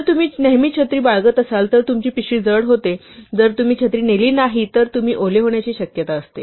जर तुम्ही नेहमी छत्री बाळगत असाल तर तुमची पिशवी जड होते जर तुम्ही छत्री नेली नाही तर तुम्ही ओले होण्याची शक्यता असते